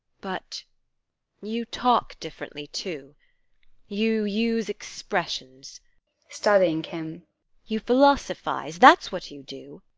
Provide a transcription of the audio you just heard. but you talk differently, too you use expressions studying him you philosophise that's what you do!